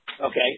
Okay